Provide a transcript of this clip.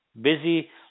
busy